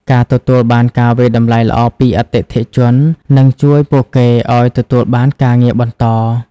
ការទទួលបានការវាយតម្លៃល្អពីអតិថិជន នឹងជួយពួកគេឱ្យទទួលបានការងារបន្ត។